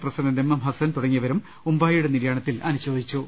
president M M Hassan തുടങ്ങിയവരും ഉമ്പായിയുടെ നിര്യാണത്തിൽ അനുശോ ചിച്ചു